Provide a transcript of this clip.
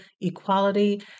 equality